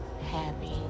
happy